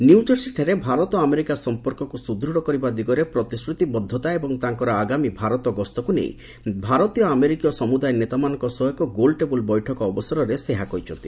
new ଜର୍ସିଠାରେ ଭାରତ ଓ America ସମ୍ପର୍କକୁ ସୁଦୃଢ଼ କରିବା ଦିଗରେ ପ୍ରତିଶ୍ରତିବଦ୍ଧତା ଓ ତାଙ୍କର ଆଗାମୀ ଭାରତ ଗସ୍ତକୁ ନେଇ ଭାରତୀୟ ଆମେରିକୀୟ ସମ୍ବଦାୟ ନେତାମାନଙ୍କ ସହ ଏକ ଗୋଲଟେବ୍ରଲ ବୈଠକ ଅବସରରେ ସେ ଏହା କହିଛନ୍ତି